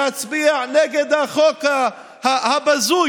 להצביע נגד החוק הבזוי